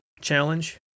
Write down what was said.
challenge